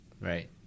Right